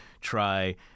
try